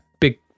Big